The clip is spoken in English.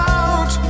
out